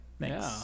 Thanks